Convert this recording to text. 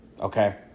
Okay